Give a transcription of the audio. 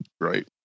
Right